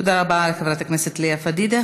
תודה רבה לחברת הכנסת לאה פדידה.